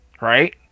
right